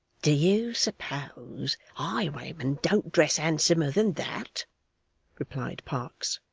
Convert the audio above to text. do you suppose highwaymen don't dress handsomer than that replied parkes.